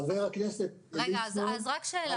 רגע, אז רק שאלה.